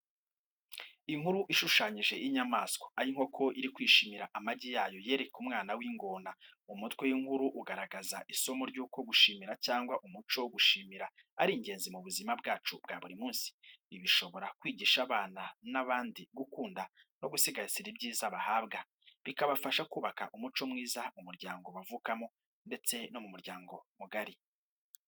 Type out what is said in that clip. Inkuru ishushanyije y'inyamaswa, aho inkoko iri kwishimira amagi yayo yereka umwana w'ingona. Umutwe w’inkuru ugaragaza isomo ry’uko gushimira cyangwa umuco wo gushimira ari ingenzi mu buzima bwacu bwa buri munsi. Ibi bishobora kwigisha abana n’abandi gukunda no gusigasira ibyiza bahabwa. Bikabafasha kubaka umuco mwiza mu muryango bavukamo ndetse no mu muryango mugari.